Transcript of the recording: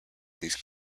these